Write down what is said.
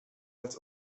als